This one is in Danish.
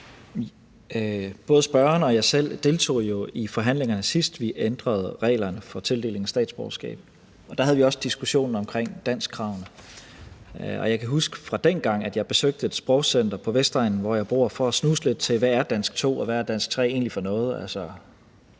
Både spørgeren og jeg selv deltog jo i forhandlingerne, sidst vi ændrede reglerne for tildeling af statsborgerskab, og der havde vi også diskussionen omkring danskkravene. Og jeg kan huske fra dengang, at jeg besøgte et sprogcenter på Vestegnen, hvor jeg bor, for at snuse lidt til: Hvad er dansk 2 og dansk 3 egentlig for noget